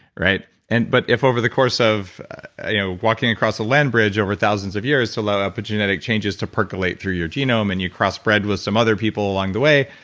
right? and but if over the course of your you know walking across the land bridge over thousands of years to allow epigenetic changes to percolate through your genome and you crossbred with some other people along the way,